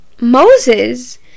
Moses